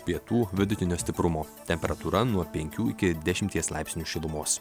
pietų vidutinio stiprumo temperatūra nuo penkių iki dešimties laipsnių šilumos